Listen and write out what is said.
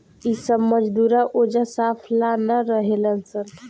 इ सब मजदूरा ओजा साफा ला ना रहेलन सन